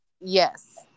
Yes